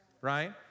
right